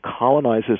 colonizes